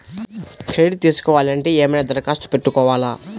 Credit తీసుకోవాలి అంటే ఏమైనా దరఖాస్తు పెట్టుకోవాలా?